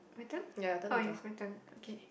my turn oh yes my turn okay